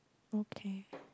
okay